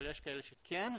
אבל יש כאלה שכן,